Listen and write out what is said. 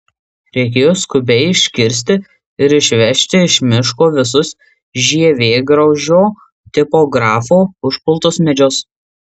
reikėjo skubiai iškirsti ir išvežti iš miško visus žievėgraužio tipografo užpultus medžius